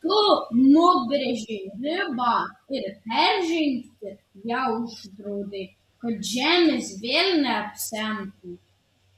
tu nubrėžei ribą ir peržengti ją uždraudei kad žemės vėl neapsemtų